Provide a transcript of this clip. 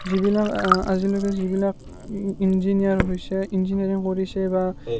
যিবিলাক আজিলৈকে যিবিলাক ইঞ্জিনিয়াৰ হৈছে ইঞ্জিনিয়াৰিং কৰিছে বা